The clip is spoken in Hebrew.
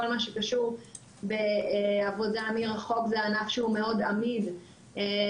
כל מה שקשור בעבודה מרחוק זה ענף שהוא מאוד עמיד לקורונה,